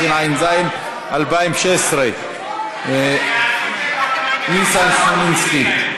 התשע"ז 2016. חבר הכנסת ניסן סלומינסקי,